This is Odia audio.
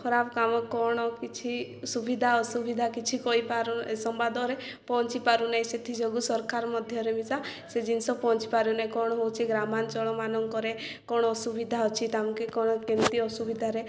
ଖରାପ କାମ କ'ଣ କିଛି ସୁବିଧା ଅସୁବିଧା କିଛି କହିପାରୁନ ସମ୍ବାଦରେ ପହଞ୍ଚି ପାରୁନାହିଁ ସେଥିଯୋଗୁଁ ସରକାର ମଧ୍ୟରେ ମିଶା ସେ ଜିନିଷ ପହଞ୍ଚି ପାରୁନାହିଁ କ'ଣ ହେଉଛି ଗ୍ରାମାଞ୍ଚଳ ମାନଙ୍କରେ କ'ଣ ଅସୁବିଧା ଅଛି ତାଙ୍କୁ କ'ଣ କେମିତି ଅସୁବିଧାରେ